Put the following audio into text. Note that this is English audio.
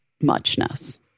muchness